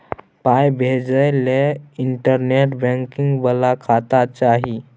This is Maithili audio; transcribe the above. पाय भेजय लए इंटरनेट बैंकिंग बला खाता चाही